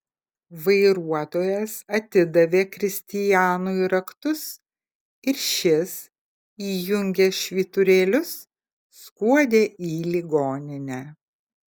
vairuotojas atidavė kristianui raktus ir šis įjungęs švyturėlius skuodė į ligoninę